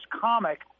comic